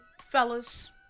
fellas